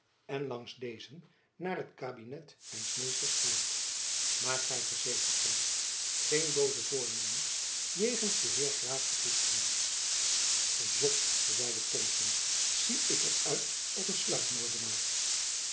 elizabeth musch dezen naar het kabinet mijns meesters voert maar gy verzekert my geen boze voornemens jegens den heer graaf te koesteren zot zeide thomson zie ik er uit als een